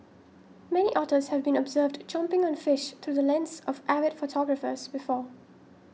many otters have been observed chomping on fish through the lens of avid photographers before